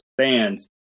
fans